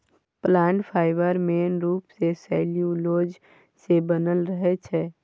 plant fibre main रुप सँ cellulose सँ बनल रहै छै